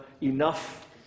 enough